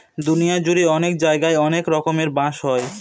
দুনিয়া জুড়ে অনেক জায়গায় অনেক রকমের বাঁশ হয়